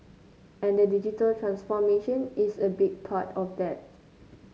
and the digital transformation is a big part of that